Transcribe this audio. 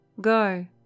Go